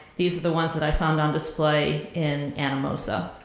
these were the ones that i found on display in anamosa.